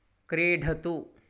क्रीडतु